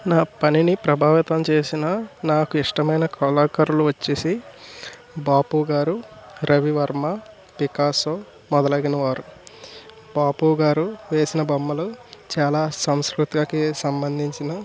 నా పనిని ప్రభావితం చేసిన నాకు ఇష్టమైన కళాకారులు వచ్చి బాపు గారు రవి వర్మ పికాసో మొదలైన వారు బాపు గారు వేసిన బొమ్మలు చాలా సంస్కృతికి సంబంధించిన